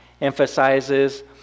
emphasizes